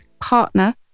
partner